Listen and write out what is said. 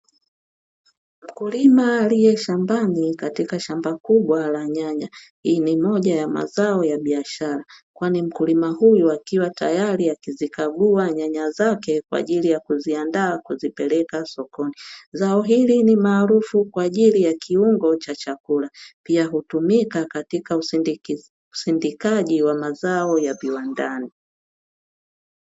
Mkulima aliye shambani katika shamba kubwa la nyanya hii ni moja ya mazao ya biashara. Kwani mkulima huyu akiwa tayari akizikagua nyanya zake kwa ajili ya kuziandaa kuzipeleka sokoni, zao hili ni maarufu kwa ajili ya kiungo cha chakula. Pia hutumika katika usindikaji wa mazao ya viwandani.